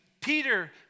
Peter